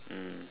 mm